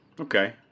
Okay